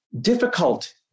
Difficult